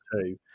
two